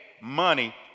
money